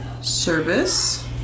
service